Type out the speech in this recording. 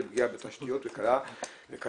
אני מתכבד לפתוח את ישיבת ועדת המדע